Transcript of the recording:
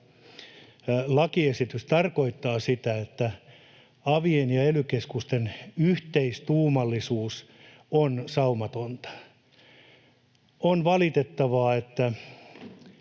lakiesitys tarkoittaa sitä, että avien ja ely-keskusten yhteistuumallisuus on saumatonta. On valitettavaa, että